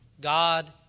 God